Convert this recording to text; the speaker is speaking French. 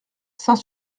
saint